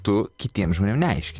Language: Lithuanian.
tu kitiems žmonėms neaiškini